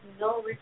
no